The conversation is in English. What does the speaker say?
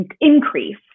increase